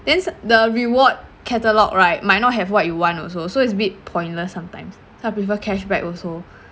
then s~ the reward catalogue right might not have what you want also so it's bit pointless sometimes so I prefer cashback also